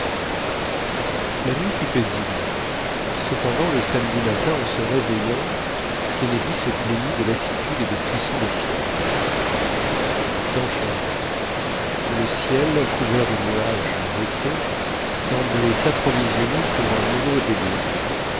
la nuit fut paisible cependant le samedi matin en se réveillant kennedy se plaignit de lassitude et de frissons de fièvre le temps changeait le ciel couvert de nuages épais semblait s'approvisionner pour un nouveau déluge